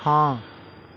ਹਾਂ